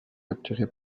capturer